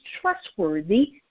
trustworthy